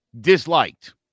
disliked